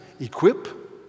Equip